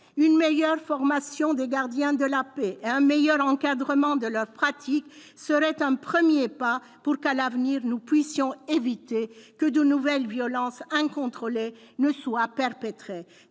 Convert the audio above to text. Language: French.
Une meilleure formation des gardiens de la paix et un meilleur encadrement de leurs pratiques seraient un premier pas pour éviter que, à l'avenir, de nouvelles violences incontrôlées ne soient perpétrées.